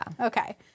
okay